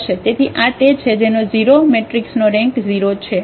તેથી આ તે છે જેનો 0 મેટ્રિક્સનો રેન્ક 0 છે